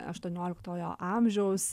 aštuonioliktojo amžiaus